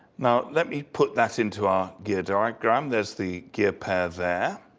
now let me put that into our gear diagram. there's the gear pair there.